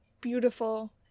beautiful